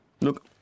Look